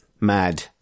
mad